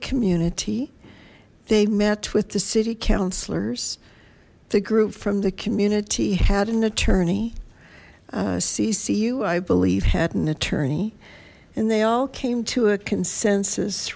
community they met with the city councillors the group from the community had an attorney ccu i believe had an attorney and they all came to a consensus